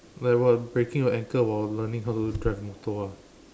like what breaking your ankle while learning how to drive a motor ah